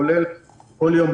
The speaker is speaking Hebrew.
כולל זה שבכל יום,